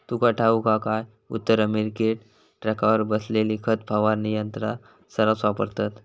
तुका ठाऊक हा काय, उत्तर अमेरिकेत ट्रकावर बसवलेली खत फवारणी यंत्रा सऱ्हास वापरतत